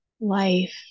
life